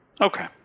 okay